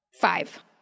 five